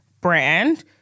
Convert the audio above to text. brand